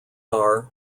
are